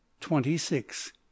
twenty-six